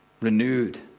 Renewed